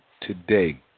today